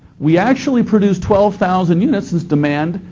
we actually produced twelve thousand units as demand,